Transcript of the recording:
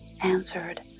answered